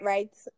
Right